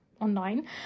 online